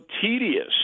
tedious